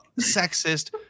sexist